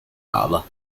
lava